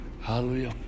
Hallelujah